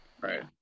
right